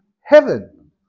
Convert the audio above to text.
heaven